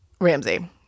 Ramsey